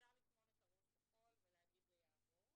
אפשר לטמון את הראש בחול ולהגיד זה יעבור.